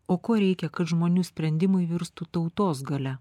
o ko reikia kad žmonių sprendimai virstų tautos galia